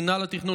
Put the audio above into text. מנהל התכנון,